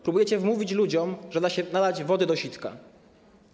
Próbujecie wmówić ludziom, że da się nalać wody do sitka.